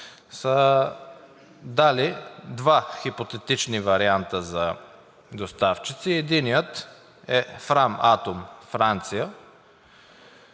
са дали два хипотетични варианта за доставчици. Единият е Фраматом – Франция,